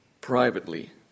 privately